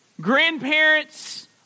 grandparents